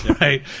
Right